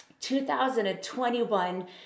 2021